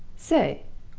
say,